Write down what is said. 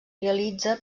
realitza